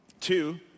Two